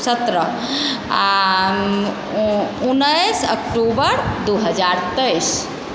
सत्रह आ उन्नैस अक्टूबर दू हजार तेइस